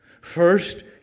First